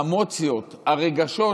האמוציות, הרגשות,